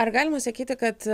ar galima sakyti kad